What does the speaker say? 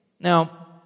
Now